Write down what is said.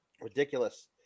Ridiculous